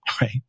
right